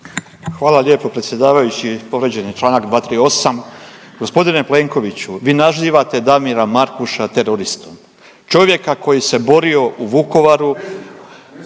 Hvala lijepo predsjedavajući. Povrijeđen je čl. 238. Gospodine Plenkoviću vi nazivate Damira Markuša teroristom. Čovjeka koji se borio u Vukovaru,